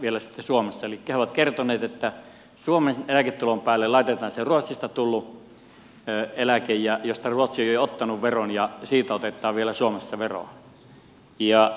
elikkä he ovat kertoneet että suomen eläketulon päälle laitetaan se ruotsista tullut eläke josta ruotsi on jo ottanut veron ja siitä otetaan vielä suomessa veroa